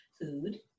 food